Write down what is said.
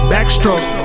Backstroke